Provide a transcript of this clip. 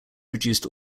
produced